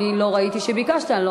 אני חושב שזה היה נושא שהוא